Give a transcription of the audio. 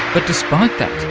but despite that,